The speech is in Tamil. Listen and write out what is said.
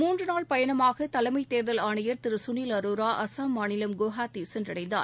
மூன்று நாள் பயணமாக தலைமைத் தேர்தல் ஆணையர் திரு சுனில் அரோரா அசாம் மாநிலம் குவஹாத்தி சென்றடைந்தார்